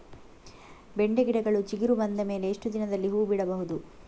ಬೆಂಡೆ ಗಿಡಗಳು ಚಿಗುರು ಬಂದ ಮೇಲೆ ಎಷ್ಟು ದಿನದಲ್ಲಿ ಹೂ ಬಿಡಬಹುದು?